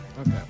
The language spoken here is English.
Okay